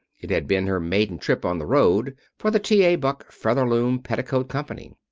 it had been her maiden trip on the road for the t a. buck featherloom petticoat company.